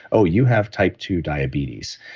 oh, you have type two diabetes,